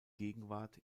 gegenwart